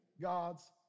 God's